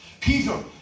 Peter